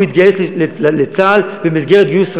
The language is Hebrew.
הוא התגייס לצה"ל במסגרת גיוס רגיל,